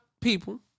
people